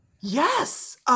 Yes